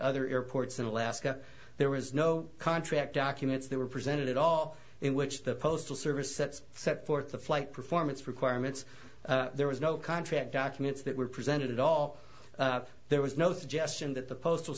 other airports in alaska there was no contract documents that were presented at all in which the postal service sets set forth the flight performance requirements there was no contract documents that were presented at all there was no suggestion that the postal